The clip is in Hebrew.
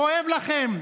כואב לכם.